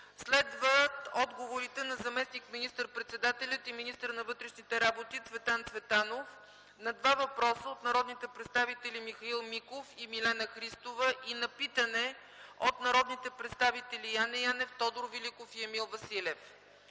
Следват отговорите на заместник министър-председателя и министър на вътрешните работи Цветан Цветанов на два въпроса от народните представители Михаил Миков и Милена Христова и на питане от народните представители Яне Янев, Тодор Великов и Емил Василев.